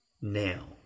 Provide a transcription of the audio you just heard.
now